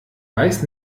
weiß